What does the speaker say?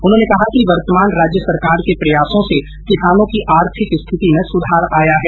उन्होंने कहा कि वर्तमान राज्य सरकार के प्रयासों से किसानों की आर्थिक स्थिति में सुधार आया है